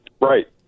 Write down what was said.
Right